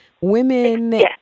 women